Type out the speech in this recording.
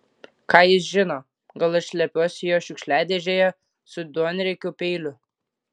ką jis žino gal aš slepiuosi jo šiukšliadėžėje su duonriekiu peiliu